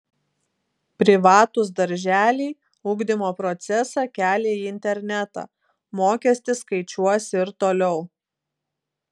privatūs darželiai ugdymo procesą kelia į internetą mokestį skaičiuos ir toliau